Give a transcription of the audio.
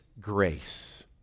grace